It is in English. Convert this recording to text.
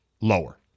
lower